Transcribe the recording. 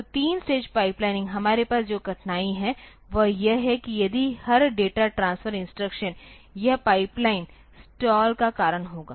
तो 3 stage pipelining हमारे पास जो कठिनाई है वह यह है कि यदि हर डेटा ट्रांसफर इंस्ट्रक्शन यह पाइपलाइन स्टाल का कारण होगा